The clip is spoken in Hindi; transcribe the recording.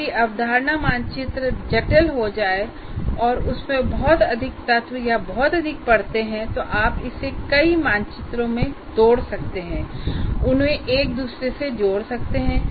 यदि अवधारणा मानचित्र जटिल हो जाए और उसमें बहुत अधिक तत्व या बहुत अधिक परतें हैं तो आप इसे कई मानचित्रों में तोड़ सकते हैं और उन्हें एक दूसरे से जोड़ सकते हैं